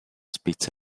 speech